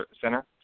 center